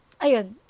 ayun